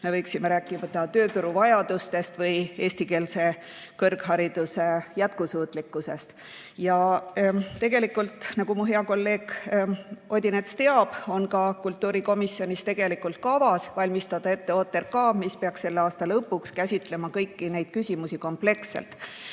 ligipääsust, tööturu vajadustest ja eestikeelse kõrghariduse jätkusuutlikkusest. Ja tegelikult, nagu hea kolleeg Odinets teab, on ka kultuurikomisjonis kavas valmistada ette OTRK, mis peaks selle aasta lõpus käsitlema kõiki neid küsimusi kompleksselt.